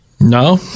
No